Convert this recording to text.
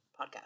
podcast